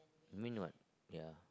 mean what ya